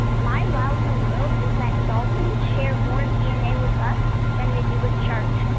my wow in the world is that dolphins share more dna with us than they do with sharks.